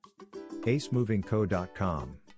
acemovingco.com